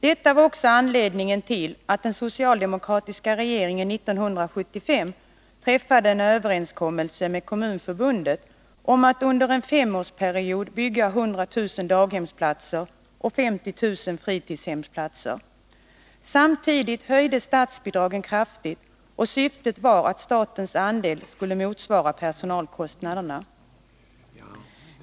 Detta var också anledningen till att den socialdemokratiska regeringen 1975 träffade en överenskommelse med Kommunförbundet om att under en femårsperiod bygga 100000 daghemsplatser och 50 000 fritidshemsplatser. Samtidigt höjdes statsbidragen kraftigt, och syftet var att statens andel skulle motsvara personalkostnaderna.